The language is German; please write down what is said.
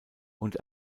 und